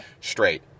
straight